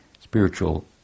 spiritual